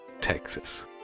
Texas